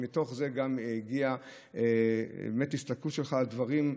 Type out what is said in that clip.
ומתוך זה הגיעה גם הסתכלות שלך על דברים.